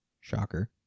shocker